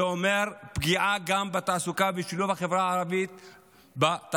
זה אומר פגיעה גם בתעסוקה ובשילוב החברה הערבית בתעסוקה.